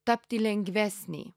tapti lengvesnei